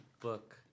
book